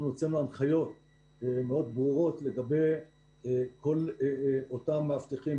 הוצאנו הנחיות מאוד ברורות לגבי כל אותם מאבטחים